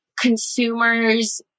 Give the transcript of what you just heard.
consumers